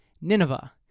Nineveh